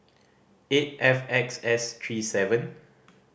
eight F X S three seven